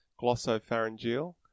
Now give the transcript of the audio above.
Glossopharyngeal